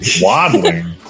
Waddling